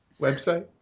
website